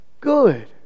good